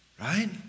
right